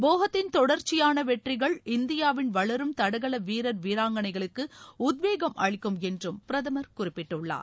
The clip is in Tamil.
போகத்தின் தொடர்ச்சியான வெற்றிகள் இந்தியாவின் வளரும் தடகள வீரர் வீராங்கனைகளுக்கு உத்வேகம் அளிக்கும் என்று பிரதமர் குறிப்பிட்டுள்ளார்